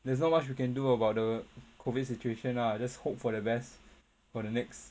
there's not much we can do about the COVID situation lah just hope for the best for the next